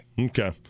Okay